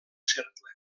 cercle